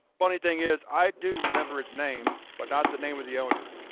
funny thing is, i do remember its name, but not the name of the owner.